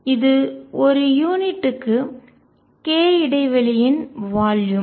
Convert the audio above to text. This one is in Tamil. இது ஒரு யூனிட்டுக்கு k இடைவெளியின் வால்யூம்